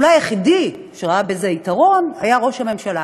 אולי היחיד שראה בזה יתרון היה ראש הממשלה.